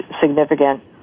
significant